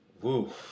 Woo